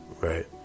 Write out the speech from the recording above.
right